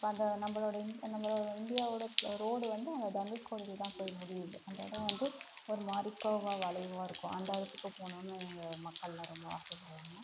இப்போ அந்த நம்பளோட இந் நம்மளோட இந்தியாவோட ரோடு வந்து அங்கே தனுஷ்கோடிக்கு தான் போய் முடியிது அந்த இடம் வந்து ஒருமாதிரி கர்வாக வளைவாக இருக்கும் அந்த இடத்துக்கு போகணுன்னு எங்கள் மக்கள்லாம் ரொம்ப ஆசைப்படுவாங்க